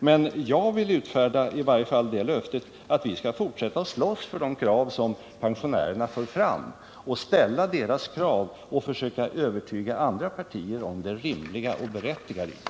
Men jag vill ge i varje fall det löftet att vi skall fortsätta att slåss för de krav som pensionärerna för fram och ställa deras krav samt försöka övertyga andra partier om det rimliga och berättigade i dem.